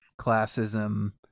classism